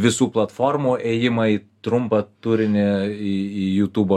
visų platformų ėjimą į trumpą turinį į į jutūbo